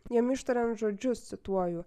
jiem ištariant žodžius cituoju